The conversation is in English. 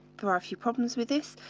there are a few problems with this,